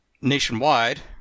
nationwide